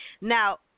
Now